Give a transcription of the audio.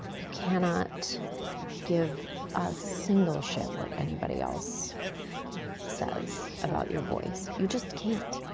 you cannot give us a single shit what anybody else says about your voice. you just can't.